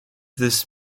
this